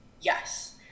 Yes